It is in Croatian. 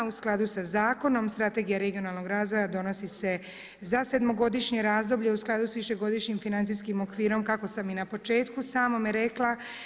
U skladu sa zakonom Strategija regionalnog razvoja donosi se za sedmogodišnje razdoblje u skladu sa višegodišnjim financijskim okvirom kako sam i na početku samome rekla.